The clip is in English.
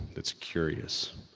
that's curious